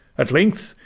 at length,